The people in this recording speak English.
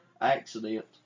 accident